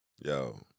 yo